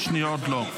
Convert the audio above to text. עוד לא,